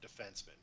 defenseman